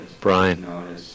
Brian